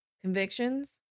convictions